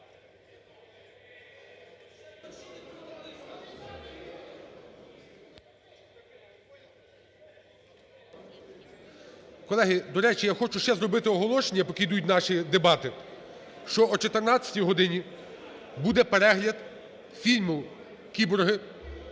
Колеги, до речі, я хочу ще зробити оголошення, поки йдуть наші дебати, що о 14 годині буде перегляд фільму "Кіборги"